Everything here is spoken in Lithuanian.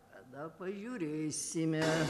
tada pažiūrėsime